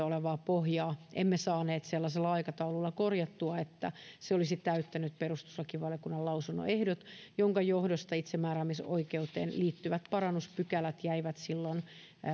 olevaa pohjaa emme saaneet sellaisella aikataululla korjattua että se olisi täyttänyt perustuslakivaliokunnan lausunnon ehdot minkä johdosta itsemääräämisoikeuteen liittyvät parannuspykälät jäivät silloin